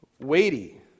weighty